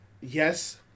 Yes